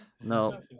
No